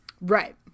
Right